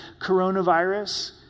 coronavirus